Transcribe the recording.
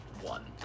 one